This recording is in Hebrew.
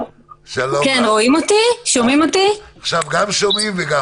אנחנו רוצים להתייחס לסוגיה של